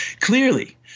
clearly